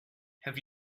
have